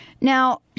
Now